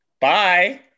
Bye